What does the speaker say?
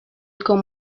con